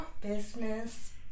business